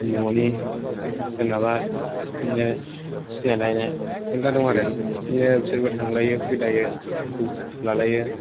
न'नि सोरनाबा बिदिनो सिनायलायनाय मेरला दं आरो बिदिनो बिसोरबो थांलायो फैलायो खबर लालायो